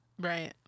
Right